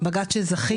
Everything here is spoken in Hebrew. בג"ץ שזכיתי בו.